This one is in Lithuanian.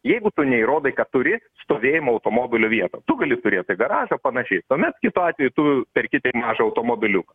jeigu tu neįrodai kad turi stovėjimo automobilio vietą tu gali turėti garažą panašiai tuomet kitu atveju tu perki mažą automobiliuką